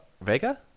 Vega